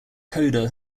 coda